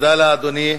תודה לאדוני.